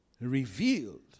revealed